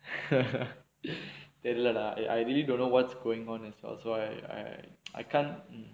தெரிலடா:therilada I I really don't know what's going on also I I I can't